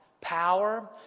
Power